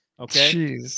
okay